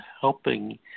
helping